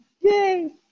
Yay